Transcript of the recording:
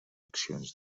accions